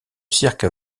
cirque